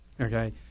okay